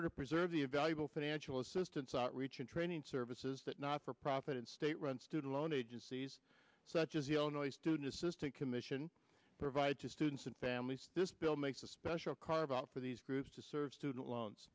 or to preserve the a valuable financial assistance outreach and training services that not for profit in state run student loan agencies such as the only student assistance commission provide to students and families this bill makes a special carve out for these groups to serve student loans